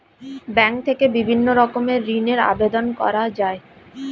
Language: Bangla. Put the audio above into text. ব্যাঙ্ক থেকে বিভিন্ন রকমের ঋণের আবেদন করা যায়